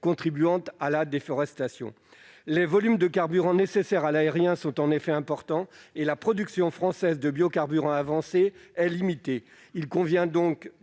contribuant à la déforestation. Les volumes de carburant nécessaires à l'aérien sont en effet importants alors que la production française de biocarburants avancés est limitée. Il convient donc